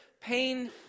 pain